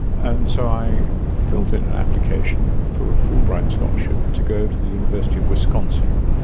and so i filled in an application for a fulbright scholarship to go to the university of wisconsin,